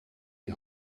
die